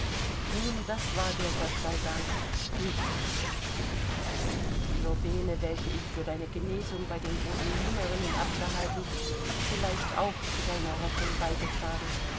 nun das war dir gott sei dank nicht bestimmt die novene welche ich für deine genesung bei den ursulinerinnen abgehalten hat vielleicht auch zu deiner rettung beigetragen